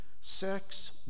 Sex